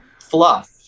fluff